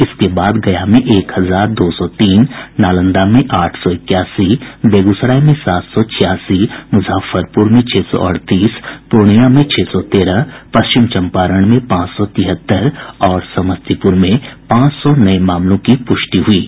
इसके बाद गया में एक हजार दो सौ तीन नालंदा में आठ सौ इक्यासी बेगूसराय में सात सौ छियासी मुजफ्फरपुर में छह सौ अड़तीस पूर्णिया में छह सौ तेरह पश्चिम चंपारण में पांच सौ तिहत्तर और समस्तीपुर में पांच सौ नये मामलों की पुष्टि हुई है